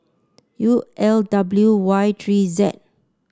U L W Y three Z